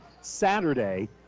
Saturday